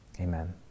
Amen